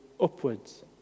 upwards